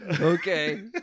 Okay